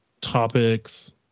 topics